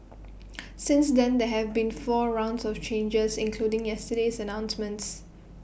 since then there have been four rounds of changes including yesterday's announcements